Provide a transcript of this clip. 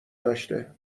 داشته